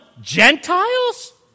Gentiles